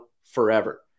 forever